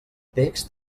text